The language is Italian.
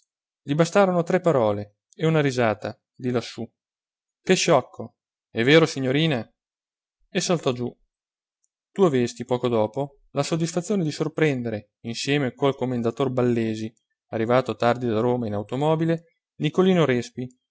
gli bastarono tre parole e una risata di lassù che sciocco è vero signorina e saltò giù tu avesti poco dopo la soddisfazione di sorprendere insieme col commendator ballesi arrivato tardi da roma in automobile nicolino respi